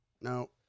No